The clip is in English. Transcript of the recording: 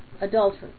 adultery